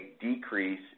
decrease